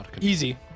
Easy